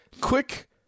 quick